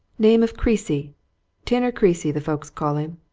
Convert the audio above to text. name of creasy tinner creasy, the folks call him.